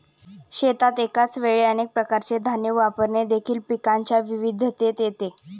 शेतात एकाच वेळी अनेक प्रकारचे धान्य वापरणे देखील पिकांच्या विविधतेत येते